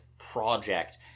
project